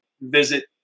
visit